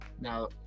Now